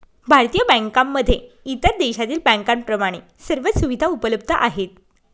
भारतीय बँकांमध्ये इतर देशातील बँकांप्रमाणे सर्व सुविधा उपलब्ध आहेत